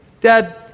Dad